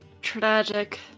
tragic